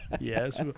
Yes